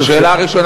האלוף שטרן,